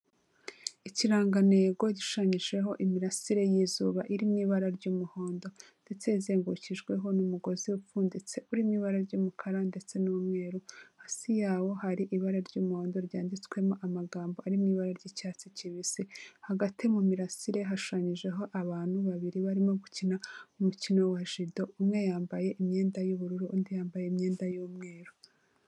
Ikirangantego gishushanyijeho imirasire y'izuba iri mu ibara ry'umuhondo, ndetse izengurukijweho n'umugozi upfunditse uri mu ibara ry'umukara ndetse n'umweru, hasi yawo hari ibara ry'umuhondo ryanditswemo amagambo ari mu ibara ry'icyatsi kibisi. Hagati mu mirasire hashushanyijeho abantu babiri barimo gukina umukino wa jido, umwe yambaye imyenda y'ubururu undi yambaye imyenda y'umweru.